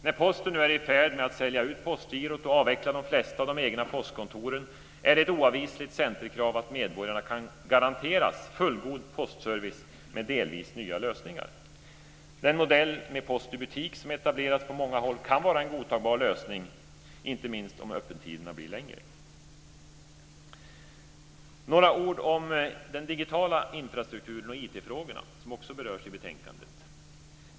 När Posten nu är i färd med att sälja ut Postgirot och avveckla de flesta av de egna postkontoren är det ett oavvisligt centerkrav att medborgarna kan garanteras fullgod postservice med delvis nya lösningar. Den modell med post i butik som etablerats på många håll kan vara en godtagbar lösning, inte minst om öppettiderna blir längre. Sedan vill jag säga några ord om den digitala infrastrukturen och IT-frågorna, som också berörs i betänkandet.